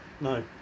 no